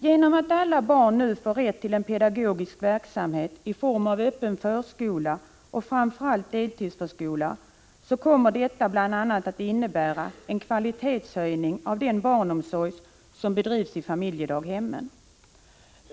Då nu alla barn får rätt till pedagogisk verksamhet i form av öppen förskola, framför allt deltidsförskola, kommer detta bl.a. att innebära en kvalitetshöjning av den barnomsorg som bedrivs i familjedaghemmen.